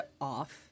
off